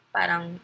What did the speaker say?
Parang